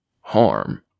harm